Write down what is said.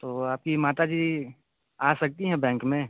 तो आपकी माताजी आ सकती हैं बैंक में